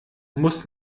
muss